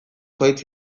zuhaitz